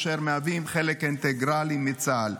אשר מהווים חלק אינטגרלי מצה"ל.